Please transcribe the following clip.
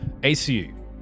ACU